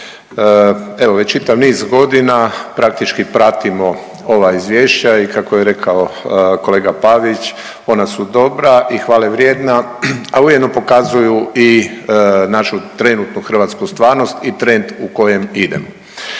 evo već čitav niz godina praktički pratimo ova izvješća i kako je rekao kolega Pavić ona su dobra i hvale vrijedna, a ujedno pokazuju i našu trenutnu hrvatsku stvarnost i trend u kojem idemo.